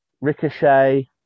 ricochet